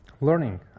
learning